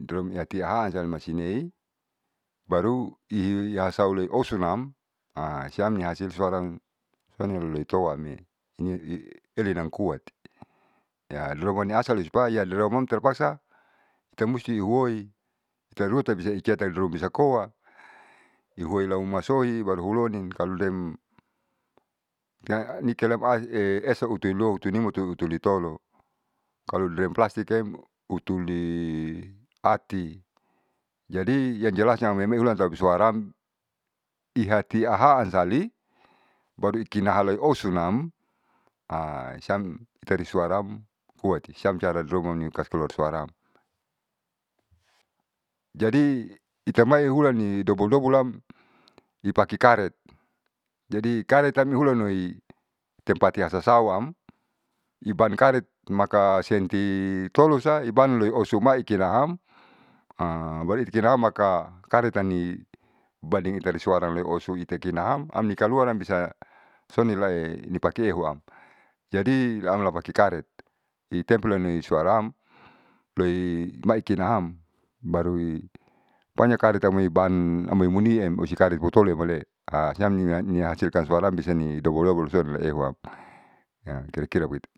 dromiatiahan siamalasine. Baru ihasau leosunam menghasilkan suaraam sonialoluituame niaielinan kuati ya dromani asale usupan ya dromon terpaksa tembus di huoi uterua tapasiem bisa koa ihuoi laumasohi baru hulonin kalu deng nikelemasi esa hutulilua hutulilima hutulitolo. Kalo deng plastikem hutuliati jadi yang jelasnya amoi melantapisuara am ihatiahalan sali baru ikinahalai osonam siam tati suaran am kuati siam cararumani kasih kaluar suara am. Jadi hitamai hulani dobol dobol am i pake karet jadi karet am hulanoi tempati hasauam iban karet maka senti tolosa iban loiosumai lekelaam baru ikilaham maka karetani bandingi suara itekinaam anikakuaram bisa sonilae dipakeuam jadi lamupake karet itempel i sura am loi maikina am baru pokonya karet amoi ban amoi munian um usi karet hutole huale siam ni niahasilkan suaram bisa ni dobol dobol suara laeuhuam kira kira begitu.